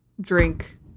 drink